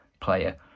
player